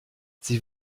sie